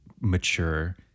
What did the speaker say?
mature